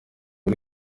uri